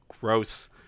Gross